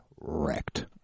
wrecked